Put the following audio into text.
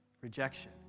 rejection